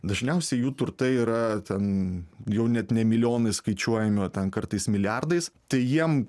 dažniausiai jų turtai yra ten jau net ne milijonais skaičiuojami o ten kartais milijardais tai jiem